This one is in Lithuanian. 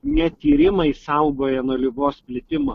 ne tyrimai saugoja nuo ligos plitimo